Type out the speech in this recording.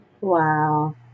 Wow